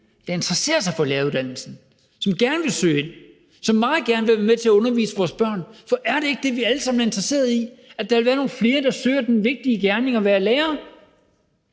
der interesserer sig for læreruddannelsen, som gerne vil søge ind, og som meget gerne vil være med til at undervise vores børn. For er det, vi alle sammen er interesseret i, ikke, at der vil være nogle flere, der søger den vigtige gerning at være lærer?